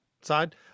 side